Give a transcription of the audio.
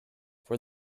for